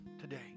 today